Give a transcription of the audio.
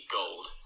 gold